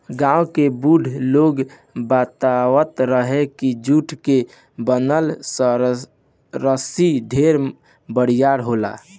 गांव के बुढ़ लोग बतावत रहे की जुट के बनल रसरी ढेर बरियार होला